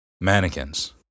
Mannequins